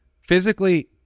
physically